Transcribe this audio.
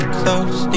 close